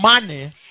money